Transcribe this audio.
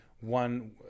one –